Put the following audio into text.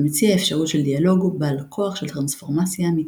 המציע אפשרות של דיאלוג בעל כוח של טרנספורמציה אמיתית.